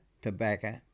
Tobacco